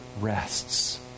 rests